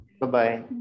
Bye-bye